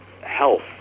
health